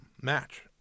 Match